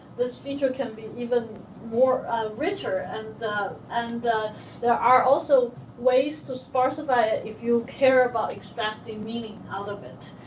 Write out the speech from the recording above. this feature can be even more richer and and there are also ways to sparsify it if you care about extracting meaning out of it.